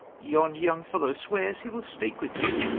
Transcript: yond young fellow swears he will speak with you.